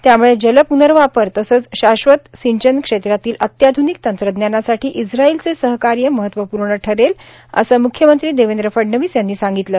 त्यामुळे जल पुनर्वापर तसेच शाश्वत सिंचन क्षेत्रातील अत्याध्निक तंत्रज्ञानासाठी इस्त्रायलचे सहकार्य महत्वपूर्ण ठरेल असे म्ख्यमंत्री देवेंद्र फडणवीस यांनी सांगितले